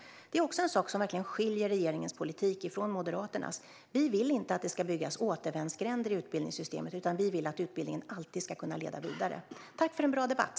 Det är också en sak som verkligen skiljer regeringens politik från Moderaternas: Vi vill inte att det ska byggas återvändsgränder i utbildningssystemet, utan vi vill att utbildningen alltid ska kunna leda vidare. Tack för en bra debatt!